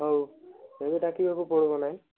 ହଉ ଏବେ ଡାକିବାକୁ ପଡ଼ିବ ନାହିଁ